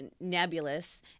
nebulous